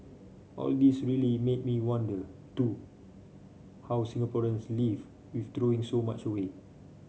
all this really made me wonder too how Singaporeans live with throwing so much away